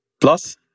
Plus